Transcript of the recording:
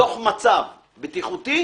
דוח מצב בטיחותי.